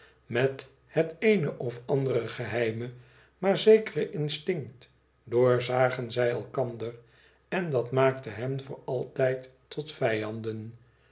met het eene of andere geheime maar zekere instinct doorzagen zij elkander en dat maakte hen voor altijd tot vijanden